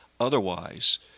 Otherwise